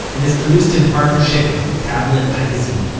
and is produced in partnership with tablet magazine.